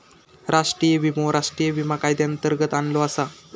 राष्ट्रीय विमो राष्ट्रीय विमा कायद्यांतर्गत आणलो आसा